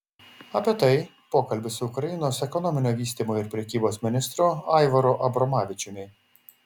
apie tai pokalbis su ukrainos ekonominio vystymo ir prekybos ministru aivaru abromavičiumi